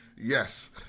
Yes